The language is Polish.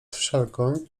wszelką